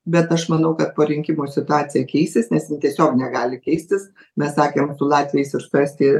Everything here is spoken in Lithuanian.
bet aš manau kad po rinkimų situacija keisis nes tiesiog negali keistis mes sakėm su latviais ir su estija